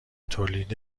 تولید